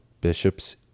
bishops